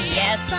yes